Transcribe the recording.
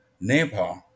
Nepal